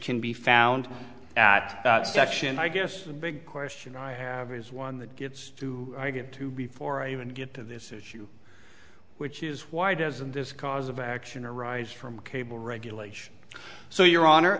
can be found at section i guess the big question i have is one that gets to get to before i even get to this issue which is why doesn't this cause of action arise from cable regulation so your honor